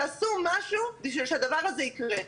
תעשו משהו בשביל שהדבר הזה יקרה.